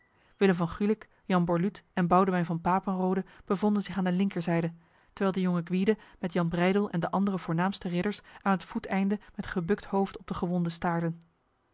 willem van gulik jan borluut en boudewyn van papenrode bevonden zich aan de linkerzijde terwijl de jonge gwyde met jan breydel en de andere voornaamste ridders aan het voeteinde met gebukt hoofd op de gewonde staarden